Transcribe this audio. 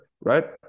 right